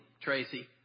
Tracy